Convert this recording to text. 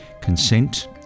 consent